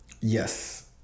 Yes